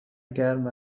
گرم